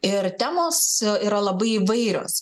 ir temos yra labai įvairios